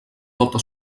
tota